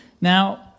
Now